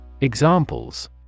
Examples